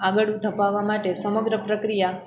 આગળ ધપાવવા માટે સમગ્ર પ્રક્રિયા